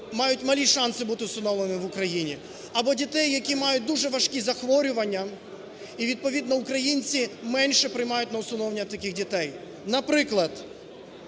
мають малі шанси бути усиновленими в Україні, або дітей, які мають дуже важкі захворювання і відповідно українці менше приймають на усиновлення таких дітей. Наприклад,